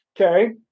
Okay